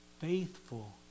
Faithful